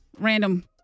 random